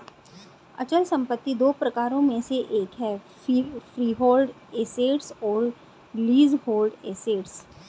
अचल संपत्ति दो प्रकारों में से एक है फ्रीहोल्ड एसेट्स और लीजहोल्ड एसेट्स